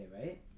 right